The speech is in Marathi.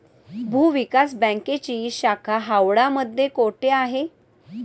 भूविकास बँकेची शाखा हावडा मध्ये कोठे आहे?